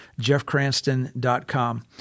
jeffcranston.com